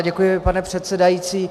Děkuji, pane předsedající.